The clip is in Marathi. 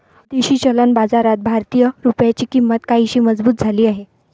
विदेशी चलन बाजारात भारतीय रुपयाची किंमत काहीशी मजबूत झाली आहे